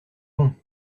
bon